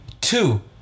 two